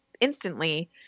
instantly